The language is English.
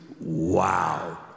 Wow